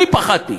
אני פחדתי.